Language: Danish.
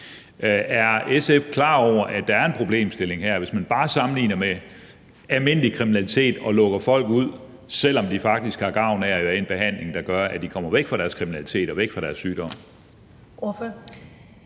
Er SF klar over, at der er en problemstilling her, hvis man bare sammenligner med almindelig kriminalitet og lukker folk ud, selv om de faktisk har gavn af at være i en behandling, der gør, at de kommer væk fra deres kriminalitet og væk fra deres sygdom?